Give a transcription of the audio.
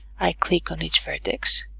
i click on each vertex.